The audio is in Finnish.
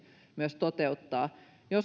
myös toteuttaa